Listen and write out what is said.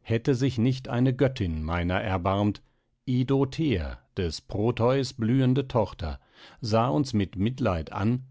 hätte sich nicht eine göttin meiner erbarmt idothea des proteus blühende tochter sah uns mit mitleid an